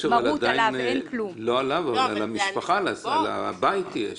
לא עליו אבל על המשפחה והבית יש.